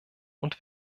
und